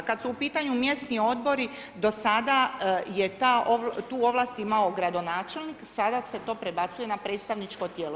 Kad su u pitanju mjesni odbori, do sada je tu ovlast imao gradonačelnik i sada se to prebacuje na predstavničko tijelo.